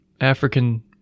African